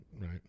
Right